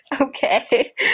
Okay